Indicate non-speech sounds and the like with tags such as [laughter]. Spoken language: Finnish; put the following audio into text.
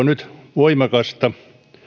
[unintelligible] nyt voimakasta